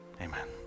Amen